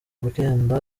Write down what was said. kugenda